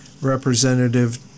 Representative